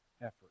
effort